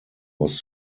was